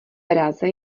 praze